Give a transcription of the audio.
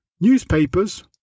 Newspapers